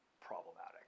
problematic